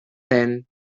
then